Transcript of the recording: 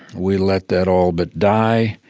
we let that all but die.